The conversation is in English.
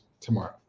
tomorrow